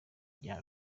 bya